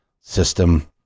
system